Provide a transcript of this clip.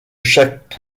chaque